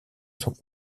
sont